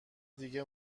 دیگه